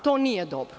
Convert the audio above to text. To nije dobro.